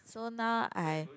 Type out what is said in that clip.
so now I